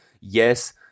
Yes